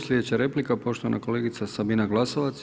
Sljedeća replika poštovana kolegica Sabina Glasovac.